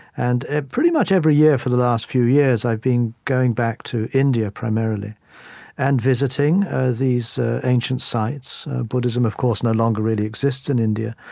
and ah pretty much every year for the last few years, i've been going back to india, primarily and visiting these ah ancient sites. buddhism, of course, no longer really exists in india.